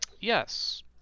Yes